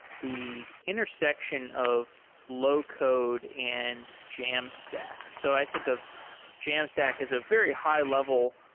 the intersection of low-code and jamstack. so i think of jamstack is a very high-level,